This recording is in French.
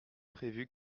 prévu